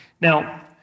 Now